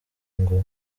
ngo